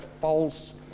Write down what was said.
false